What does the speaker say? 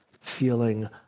feeling